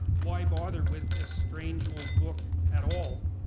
why bother with this strange, old book at all?